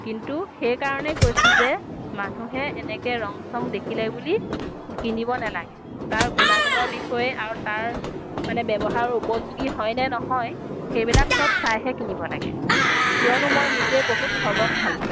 কিন্তু সেইকাৰণেই কৈছোঁ যে মানুহে এনেকৈ ৰং চং দেখিলে বুলি কিনিব নেলাগে তাৰ গুণাগুণৰ বিষয়ে আৰু তাৰ মানে ব্যৱহাৰৰ উপযোগী হয়নে নহয় সেইবিলাক চব চাইহে কিনিব লাগে কিয়নো মই নিজে বহুত ঠগন খালোঁ